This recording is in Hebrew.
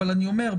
אבל אני אומר,